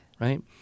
right